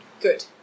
Good